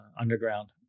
underground